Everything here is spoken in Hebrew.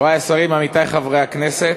חברי השרים, עמיתי חברי הכנסת,